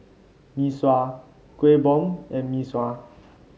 Mee Sua Kuih Bom and Mee Sua